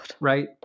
Right